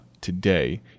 today